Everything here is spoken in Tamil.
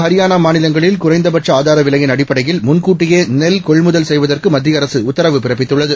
ஹரியானாமாநிலங்களில் பஞ்சாப் குறைந்தபட்சஆதாரவிலையின்அடிப்படையில் முன்கூட்டியேநெல்கொள்முதல்செய்வதற்குமத்தியஅரசுஉத்த ர்வுபிறப்பித்துள்ளது